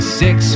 six